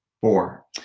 four